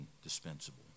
indispensable